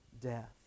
death